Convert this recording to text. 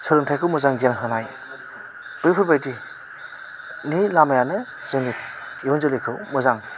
सोलोंथाइखौ मोजां गियान होनाय बैफोरबायदि नि लामायानो जोंनि इयुन जोलैखौ मोजां